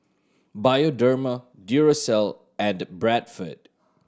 Bioderma Duracell and Bradford